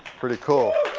pretty cool.